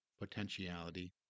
potentiality